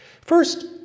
First